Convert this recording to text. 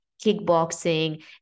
kickboxing